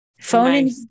Phone